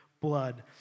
blood